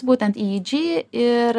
būtent y džy ir